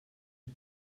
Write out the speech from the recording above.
die